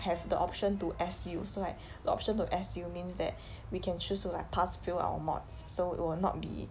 have the option to S_U so like the option to S_U means that we can choose to like pass fail our mods so it will not be